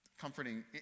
comforting